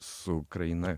su ukraina